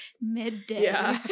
midday